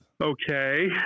Okay